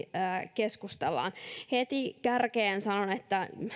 keskustellaan heti kärkeen sanon että